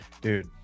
Dude